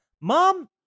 Mom